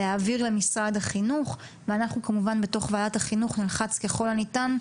להעביר למשרד החינוך ואנחנו כוועדת החינוך נלחץ ככל שניתן,